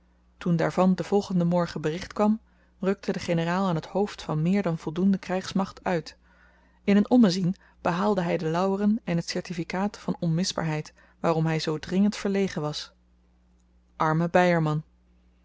toen daarvan den volgenden morgen bericht kwam rukte de generaal aan t hoofd van meer dan voldoende krygsmacht uit in n ommezien behaalde hy de lauweren en t certifikaat van onmisbaarheid waarom hy zoo dringend verlegen was arme beyerman